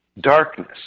darkness